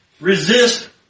Resist